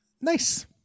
nice